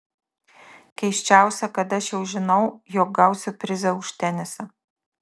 keisčiausia kad aš jau žinau jog gausiu prizą už tenisą